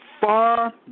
far